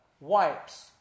Wipes